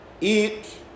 eat